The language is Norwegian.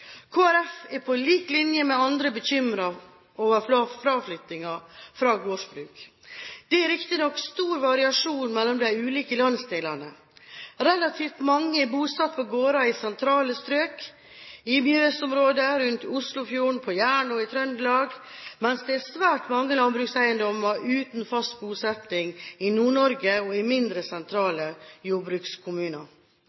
er på lik linje med andre bekymret over fraflytting fra gårdsbruk. Det er riktignok stor variasjon mellom de ulike landsdelene. Relativt mange er bosatt på gårder i sentrale strøk – i mjøsområdet, rundt Oslofjorden, på Jæren og i Trøndelag – mens det er svært mange landbrukseiendommer uten fast bosetting i Nord-Norge og i mindre